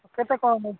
କେତେ କ'ଣ